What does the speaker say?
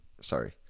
sorry